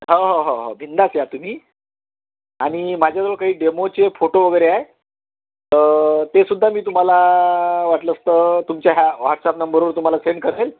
हो हो हो हो बिनधास्त या तुम्ही आणि माझ्याजवळ काही डेमोचे फोटो वगैरे आहे तेसुद्धा मी तुम्हाला वाटलंस तर तुमच्या ह्या व्हॉट्सॲप नंबरवर तुम्हाला सेंड करेल